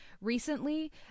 recently